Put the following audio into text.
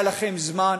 היה לכם זמן,